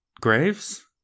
graves